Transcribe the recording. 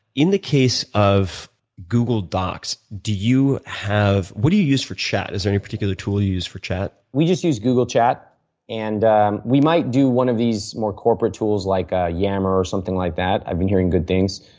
in the case of google docs, do you have what do you use for chat? is there any particular tool you use for chat? we just use google chat and we might do one of these more corporate tools like ah yammer or something like that. i have been hearing good things.